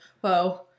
whoa